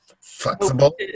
flexible